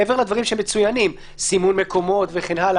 מעבר לדברים שמצוינים סימון מקומות וכן הלאה.